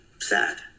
sad